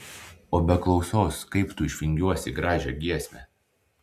o be klausos kaip tu išvingiuosi gražią giesmę